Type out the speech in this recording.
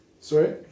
Sorry